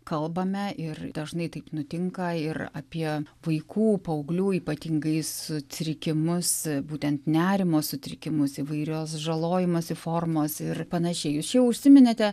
kalbame ir dažnai taip nutinka ir apie vaikų paauglių ypatingai sutrikimus būtent nerimo sutrikimus įvairios žalojimosi formos ir panašiai jūs čia užsiminėte